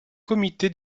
comité